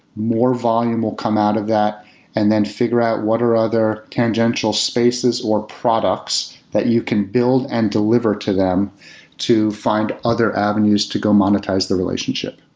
more volume will come out of that and then figure out what are other tangential spaces or products that you can build and deliver to them to find other avenues to go monetize the relationship.